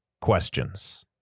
questions